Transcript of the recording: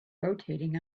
rotating